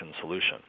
solution